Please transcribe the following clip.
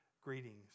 greetings